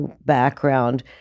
background